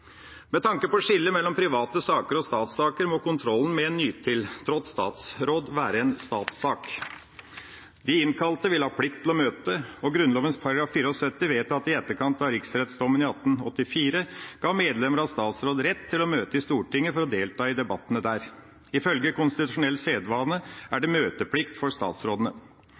Med tanke på å skille mellom private saker og «statssaker» må kontrollen med en nytiltrådt statsråd være en statssak. De innkalte vil ha plikt til å møte. Grunnloven § 74, vedtatt i etterkant av riksrettsdommen i 1884, ga medlemmer av statsrådet rett til å møte i Stortinget for å delta i debattene der. Ifølge konstitusjonell sedvane er